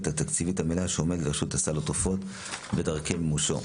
התקציבית המלאה שעומדת לרשות סל התרופות ודרכי מימושו.